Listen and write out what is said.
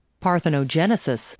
Parthenogenesis